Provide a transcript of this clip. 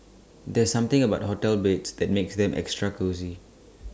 there's something about hotel beds that makes them extra cosy